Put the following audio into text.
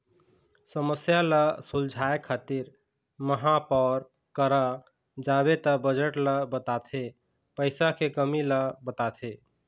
समस्या ल सुलझाए खातिर महापौर करा जाबे त बजट ल बताथे पइसा के कमी ल बताथे